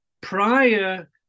prior